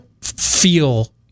feel